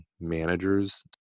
managers